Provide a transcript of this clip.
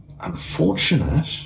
unfortunate